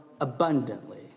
abundantly